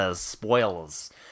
Spoilers